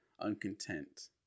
uncontent